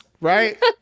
Right